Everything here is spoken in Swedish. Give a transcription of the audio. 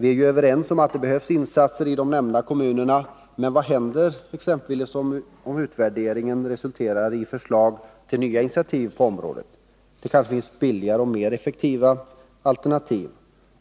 Vi är ju överens om att det behövs insatser i de nämnda kommunerna, men vad händer exempelvis om utvärderingen resulterar i förslag till nya initiativ på området? Det kanske finns billigare och mer effektiva alternativ.